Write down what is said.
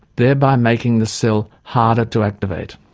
thereby making the cell harder to activate.